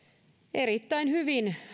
erittäin hyvin